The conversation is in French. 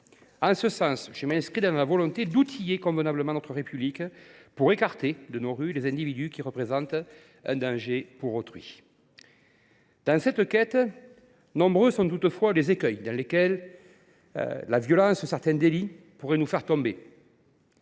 En cela, je m’inscris dans la volonté d’outiller juridiquement notre République pour écarter de nos rues les individus qui représentent un danger pour autrui. Toutefois, dans cette quête, nombreux sont les pièges dans lesquels la violence de certains délits pourrait nous faire tomber.